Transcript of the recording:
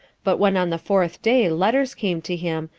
but when on the fourth day letters came to him,